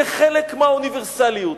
כחלק מהאוניברסליות.